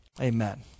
amen